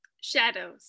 shadows